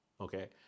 okay